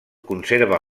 conserva